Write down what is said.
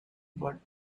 but